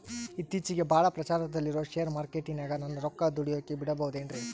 ಇತ್ತೇಚಿಗೆ ಬಹಳ ಪ್ರಚಾರದಲ್ಲಿರೋ ಶೇರ್ ಮಾರ್ಕೇಟಿನಾಗ ನನ್ನ ರೊಕ್ಕ ದುಡಿಯೋಕೆ ಬಿಡುಬಹುದೇನ್ರಿ?